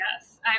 Yes